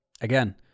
again